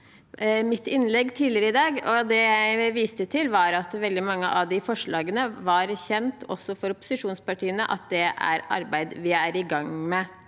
mitt innlegg tidligere i dag. Det jeg viste til, var at veldig mange av de forslagene var det kjent også for opposisjonspartiene gjelder arbeid vi er i gang med,